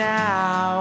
now